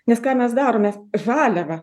nes ką mes darom mes žaliavą